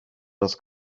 das